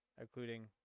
including